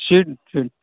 sheet sheet